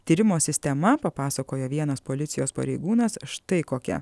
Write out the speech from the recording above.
tyrimo sistema papasakojo vienas policijos pareigūnas štai kokia